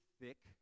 thick